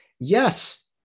Yes